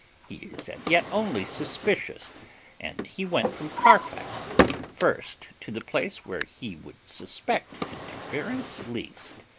he is as yet only suspicious and he went from carfax first to the place where he would suspect interference least.